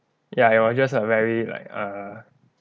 ya it was just err very like err